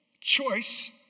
choice